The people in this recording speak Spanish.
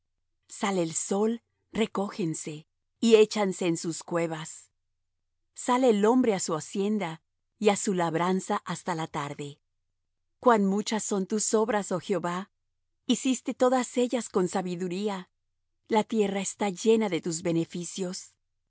sale el sol recógense y échanse en sus cuevas sale el hombre á su hacienda y á su labranza hasta la tarde cuán muchas son tus obras oh jehová hiciste todas ellas con sabiduría la tierra está llena de tus beneficios